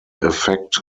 effect